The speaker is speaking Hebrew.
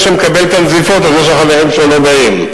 הוא זה שמקבל את הנזיפות על זה שהחברים שלו לא באים.